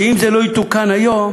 שאם זה לא יתוקן היום,